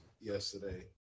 yesterday